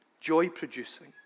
joy-producing